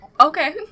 Okay